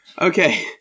Okay